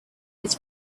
his